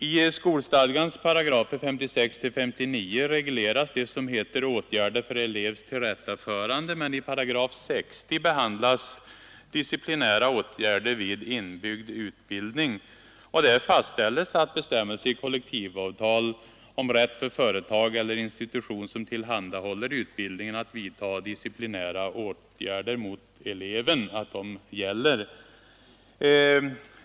I skolstadgans 56—59 §§ regleras, som det heter, ”åtgärder för elevs tillrättaförande”, men i 60 § behandlas ”disciplinära åtgärder vid inbyggd utbildning”, och där fastställes att bestämmelse i kollektivavtal om rätt för företag eller institution som tillhandahåller utbildningen att vidtaga disciplinära åtgärder mot eleven gäller.